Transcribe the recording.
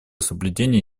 соблюдения